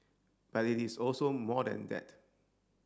but it is also more than that